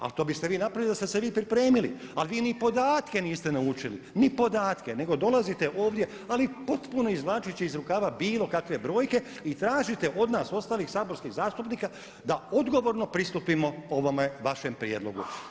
Ali to biste vi napravili da ste se vi pripremili ali vi ni podatke niste naučili, ni podatke, nego dolazite ovdje ali potpuno izvlačeći iz rukava bilo kakve brojke i tražite od nas ostalih saborskih zastupnika da odgovorno pristupimo ovome vašem prijedlogu.